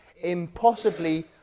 impossibly